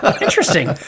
Interesting